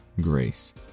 grace